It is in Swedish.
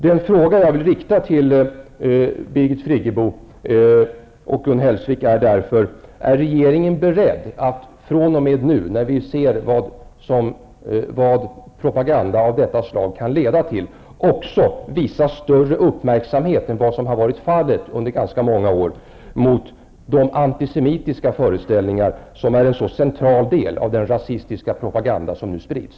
Den fråga jag vill rikta till Birgit Friggebo och Gun Hellsvik är därför: Är regeringen beredd att fr.o.m. nu, när vi ser vad propaganda av detta slag kan leda till, också visa större uppmärksamhet än vad som under ganska många år har varit fallet mot de antisemitiska föreställningar som är en så central del av den rasistiska propaganda som nu sprids?